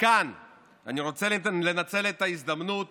וכאן אני רוצה לנצל את ההזדמנות